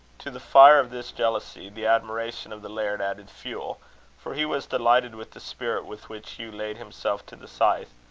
to the fire of this jealousy, the admiration of the laird added fuel for he was delighted with the spirit with which hugh laid himself to the scythe.